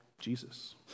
Jesus